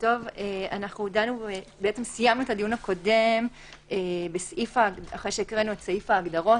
סיימנו את הדיון הקודם אחרי שהקראנו את סעיף ההגדרות,